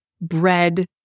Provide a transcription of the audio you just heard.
bread